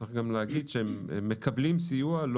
צריך להגיד שהם מקבלים סיוע.